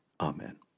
Amen